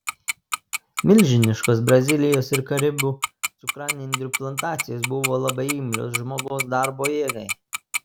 milžiniškos brazilijos ir karibų cukranendrių plantacijos buvo labai imlios žmogaus darbo jėgai